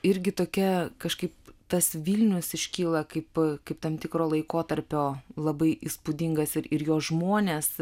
irgi tokia kažkaip tas vilnius iškyla kaip kaip tam tikro laikotarpio labai įspūdingas ir ir jo žmonės